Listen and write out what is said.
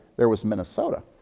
there was minnesota.